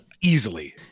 Easily